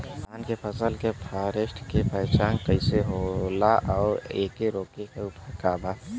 धान के फसल के फारेस्ट के पहचान कइसे होला और एके रोके के उपाय का बा?